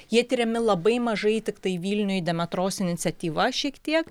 jie tiriami labai mažai tiktai vilniuj demetros iniciatyva šiek tiek